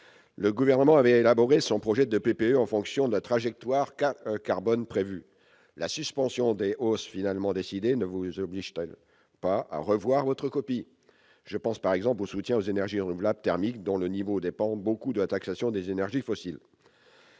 Le Gouvernement avait élaboré son projet de PPE en fonction de la trajectoire carbone prévue. La suspension des hausses finalement décidée ne vous oblige-t-elle pas à revoir votre copie ? Je pense, par exemple, au soutien aux énergies renouvelables thermiques, dont le niveau dépend beaucoup de la taxation des énergies fossiles.